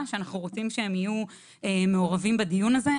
שאנחנו רוצים שהם יהיו מעורבים בדיון הזה.